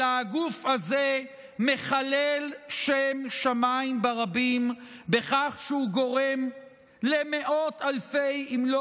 אלא הגוף הזה מחלל שם שמיים ברבים בכך שהוא גורם למאות אלפים אם לא